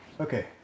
Okay